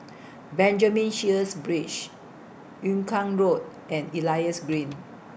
Benjamin Sheares Bridge Yung Kuang Road and Elias Green